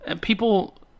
people